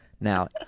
Now